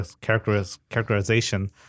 characterization